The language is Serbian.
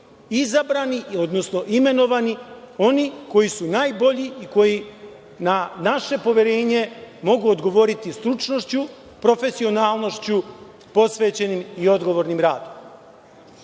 izabrani, odnosno imenovani oni koji su najbolji i koji na naše poverenje mogu odgovoriti stručnošću, profesionalnošću, posvećenim i odgovornim radom. Ovde